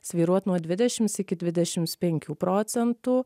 svyruot nuo dvidešims iki dvidešims penkių procentų